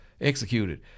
executed